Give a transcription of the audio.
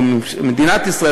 או משטרת ישראל,